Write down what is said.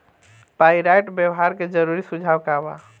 Pyrite व्यवहार के जरूरी सुझाव का वा?